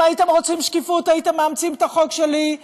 אם הייתם רוצים שקיפות הייתם מאמצים את החוק שלי,